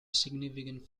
significant